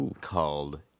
called